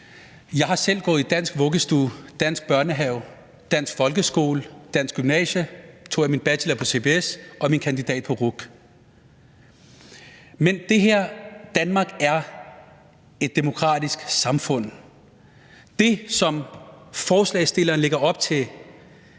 Jeg har selv gået i dansk vuggestue, dansk børnehave, dansk folkeskole, dansk gymnasie. Så tog jeg min bachelor på CBS og min kandidat på RUC. Men det er her, at Danmark er et demokratisk samfund. Det, som forslagsstilleren lægger op til,